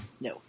No